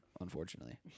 unfortunately